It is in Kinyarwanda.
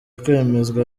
kwemezwa